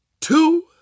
two